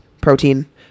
protein